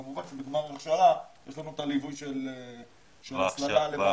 כמובן שבגמר ההכשרה יש לנו את הליווי של הצמדה למעסיקים.